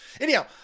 Anyhow